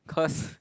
cause